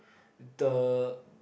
the